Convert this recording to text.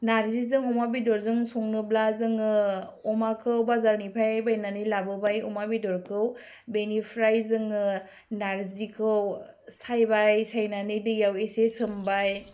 नार्जिजों अमा बेददजों संनोब्ला जोङो अमाखौ बाजारनिफाय बायनानै लाबोबाय अमा बेदरखौ बेनिफ्राय जोङो नार्जिखौ सायबाय सायनानै दैयाव एसे सोमबाय